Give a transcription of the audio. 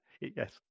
Yes